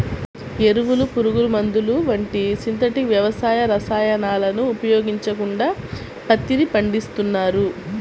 ఎరువులు, పురుగుమందులు వంటి సింథటిక్ వ్యవసాయ రసాయనాలను ఉపయోగించకుండా పత్తిని పండిస్తున్నారు